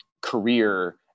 career